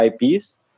IPs